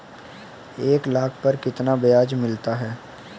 एक लाख पर कितना ब्याज मिलता है?